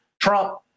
Trump